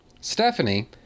Stephanie